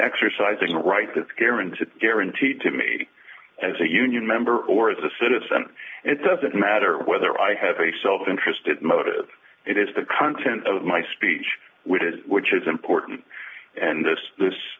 exercising a right that's guaranteed guaranteed to me as a union member or as a citizen it doesn't matter whether i have a self interested motive it is the content of my speech which is which is important and this this